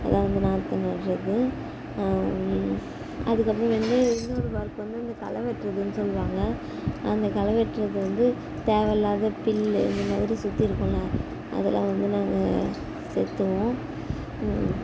இதான் வந்து நாற்று நடுறது அதுக்கப்றம் வந்து இன்னொரு ஒர்க் வந்து இந்த களை வெட்டுறதுன்னு சொல்லுவாங்க அந்த களை வெட்டுறது வந்து தேவையில்லாத புல்லு இது மாதிரி சுற்றி இருக்கும்ல அதெல்லாம் வந்து நாங்கள் செத்துவோம்